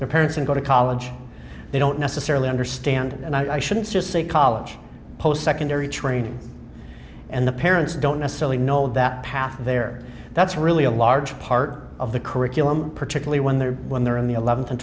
their parents and go to college they don't necessarily understand and i shouldn't just say college postsecondary training and the parents don't necessarily know that path there that's really a large part of the curriculum particularly when they're when they're in the eleventh and